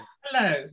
Hello